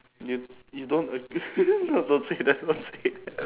you you don't ag~ no don't say that don't say that